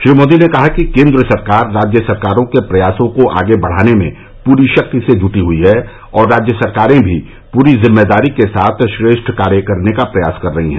श्री मोदी ने कहा कि केन्द्र सरकार राज्य सरकारों के प्रयासों को आगे बढ़ाने में पूरी शक्ति से जुटी हुई है और राज्य सरकारें भी पूरी जिम्मेदारी के साथ श्रेष्ठ कार्य करने का प्रयास कर रही है